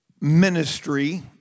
ministry